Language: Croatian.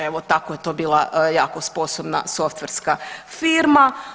Evo, tako je to bila jako sposobna softverska firma.